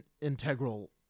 integral